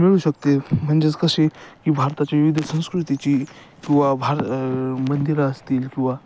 मिळू शकते म्हणजेच कशी की भारताची विविध संस्कृतीची किंवा भार मंदिरं असतील किंवा